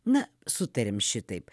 na sutariam šitaip